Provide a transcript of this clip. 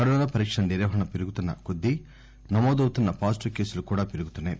corona పరీక్షల నిర్వహణ పెరుగుతున్న కొద్దీ నమోదవుతున్న పాజిటివ్ కేసులు కూడా పెరుగుతున్నాయి